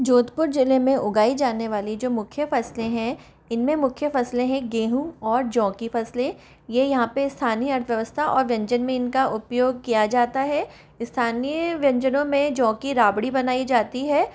जोधपुर जिले में उगाई जाने वाली जो मुख्य फसलें हैं इनमें मुख्य फसलें हैं गेहूँ और जौं की फसलें ये यहाँ पे स्थानीय अर्थव्यवस्था और व्यंजन में इनका उपयोग किया जाता है स्थानीय व्यंजनों में जौं की राबड़ी बनाई जाती है